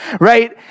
Right